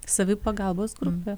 savipagalbos grupę